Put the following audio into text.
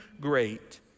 great